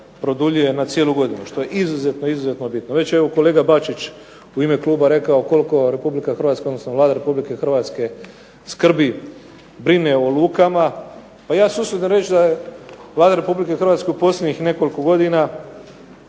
na cijelu godinu, što je izuzetno, izuzetno bitno. Već je evo kolega Bačić u ime kluba rekao koliko RH, odnosno Vlada Republike Hrvatske skrbi, brine o lukama. Pa ja se usudim reći da je Vlada Republike Hrvatske u posljednjih nekoliko godina